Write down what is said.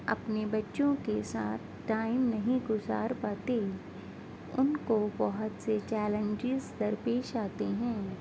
اپنے بچوں کے ساتھ ٹائم نہیں گزار پاتے ان کو بہت سے چیلنجز درپیش آتے ہیں